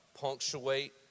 punctuate